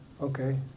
Okay